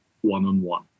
one-on-one